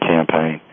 Campaign